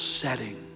setting